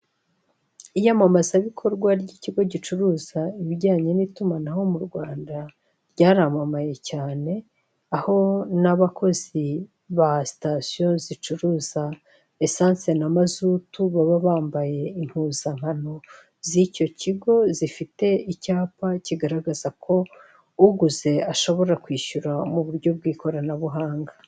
Iyamamazabikorwa ry'ikigo gicuruza ibijyanye n'itumanaho mu Rwanda, ryaramamaye cyahe, aho n'abakozi ba sitasiyo zicuruza esanse na mazutu, baba bambaye impuzankano z'icyo kigo, zifite icyapa kigaragaza ko uguze ashobora kwishyura mu buryo bw'ikoranabuhanga.